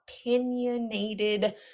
opinionated